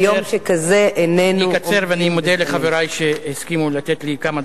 ביום שכזה איננו עומדים בכללים.